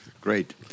Great